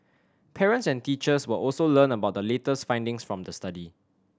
parents and teachers will also learn about the latest findings from the study